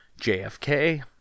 JFK